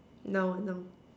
now now